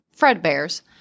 Fredbear's